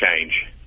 change